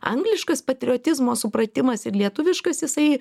angliškas patriotizmo supratimas ir lietuviškas jisai